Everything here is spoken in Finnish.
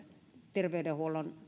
terveydenhuollon